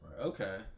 Okay